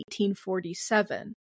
1847